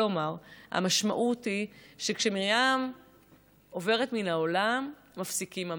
כלומר המשמעות היא שכשמרים עוברת מהעולם מפסיקים המים.